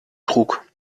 trug